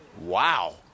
Wow